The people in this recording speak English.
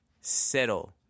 Settle